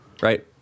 Right